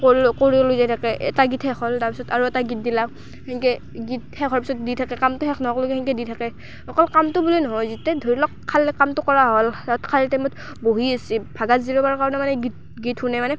কৰিলোঁ কৰিও লৈ যায় থাকে এটা গীত শেষ হ'ল তাৰ পাছত আৰু এটা গীত দিলে সেনেকৈ গীত শেষ হোৱাৰ পাছত দি থাকে কামটো শেষ নোহোৱাক লৈকে সেনেকৈ দি থাকে অকল কামটো বুলি নহয় যেতিয়া ধৰি লওক খালে কামটো কৰা হ'ল খালী টাইমত বহি আছে ভাগৰ জিৰাবৰ কাৰণে মানে গীত গীত শুনে মানে